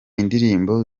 indirimbo